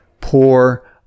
poor